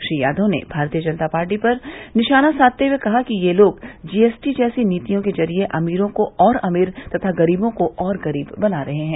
श्री यादव ने भारतीय जनता पार्टी पर निशाना साधते हुए कहा कि ये लोग जीएसटी जैसी नीतियों के जरिए अमीरों को और अमीर तथा गरीबों को और गरीब बना रहे हैं